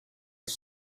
his